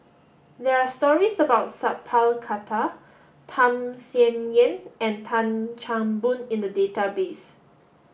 there are stories about Sat Pal Khattar Tham Sien Yen and Tan Chan Boon in the database